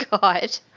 God